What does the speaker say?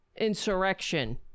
insurrection